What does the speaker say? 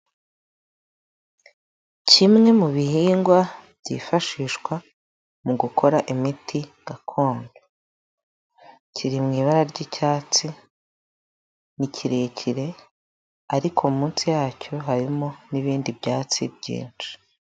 Kimwe mu bihingwa byifashishwa mu gukora imiti gakondo, kiri mu ibara ry'icyatsi, ni kirekire ariko munsi yacyo harimo n'ibindi byatsi byinshi.